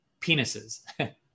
penises